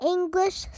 English